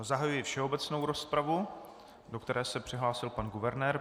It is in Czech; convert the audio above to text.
Zahajuji všeobecnou rozpravu, do které se přihlásil pan guvernér.